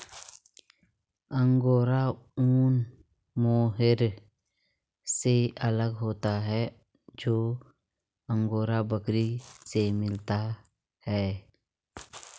angora ऊन mohair से अलग होता है जो अंगोरा बकरी से मिलता है